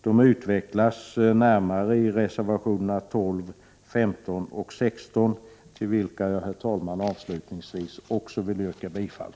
De utvecklas närmare i reservationerna 12, 15 och 16, till vilka jag avslutningsvis också yrkar bifall.